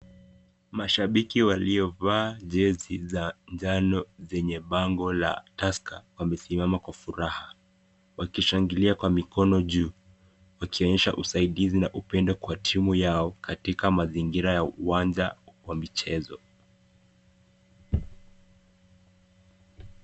Mashabiki waliovaa jezi za njano zenye bango la Tusker wamesimama kwa furaha wakishangilia kwa mikono juu, wakionyesha usaidizi na upendo kwa timu yao katika mazingira ya uwanja wa michezo.